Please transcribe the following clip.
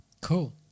cool